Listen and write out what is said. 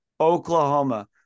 Oklahoma